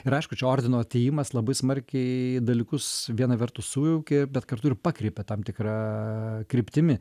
ir aišku čia ordino atėjimas labai smarkiai dalykus viena vertus sujaukė bet kartu ir pakreipė tam tikra kryptimi